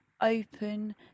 open